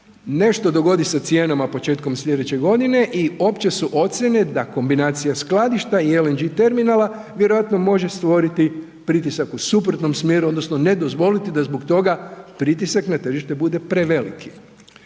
nešto dogodi sa cijenama početkom slijedeće godine i opće su ocjene da kombinacija skladišta i LNG terminala vjerojatno može stvoriti pritisak u suprotnom smjeru odnosno ne dozvoliti da zbog toga pritisak na tržište bude preveliki.